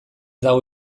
dago